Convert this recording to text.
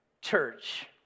church